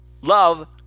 love